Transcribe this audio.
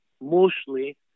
mostly